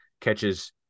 catches